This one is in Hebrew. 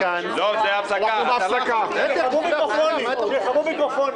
שהשמטתם מחוות